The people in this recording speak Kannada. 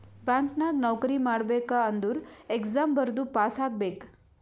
ಬ್ಯಾಂಕ್ ನಾಗ್ ನೌಕರಿ ಮಾಡ್ಬೇಕ ಅಂದುರ್ ಎಕ್ಸಾಮ್ ಬರ್ದು ಪಾಸ್ ಆಗ್ಬೇಕ್